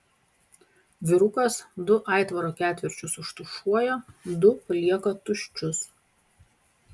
vyrukas du aitvaro ketvirčius užtušuoja du palieka tuščius